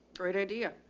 great idea.